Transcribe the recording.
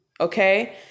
okay